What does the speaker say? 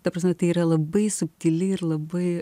ta prasme tai yra labai subtili ir labai